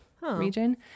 region